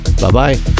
Bye-bye